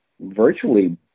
virtually